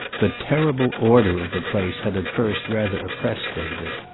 the terrible order of the place had at first rather oppressed david.